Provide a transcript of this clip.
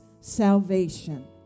salvation